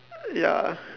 ya